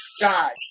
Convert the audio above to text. die